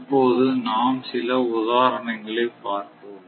இப்போது நாம் சில உதாரணங்களைப் பார்ப்போம்